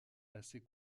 assez